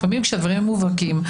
לפעמים כשהדברים מובהקים,